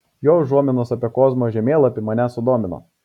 jo užuominos apie kozmo žemėlapį mane sudomino